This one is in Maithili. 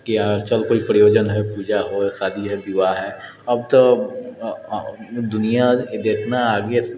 कि चलु कोइ प्रयोजन है पूजा होइ शादी है विवाह है अब तऽ दुनिआँ एतना आगे